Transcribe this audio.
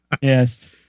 Yes